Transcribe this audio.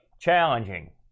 challenging